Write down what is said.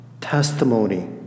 testimony